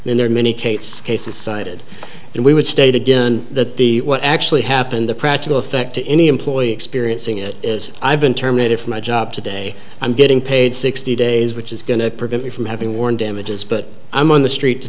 analysis then there are many kates cases cited and we would state again that the what actually happened the practical effect to any employee experiencing it is i've been terminated from my job today i'm getting paid sixty days which is going to prevent me from having worn damages but i'm on the street to